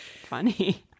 funny